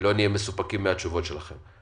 שלא נהיה מסופקים מהתשובות שלכם.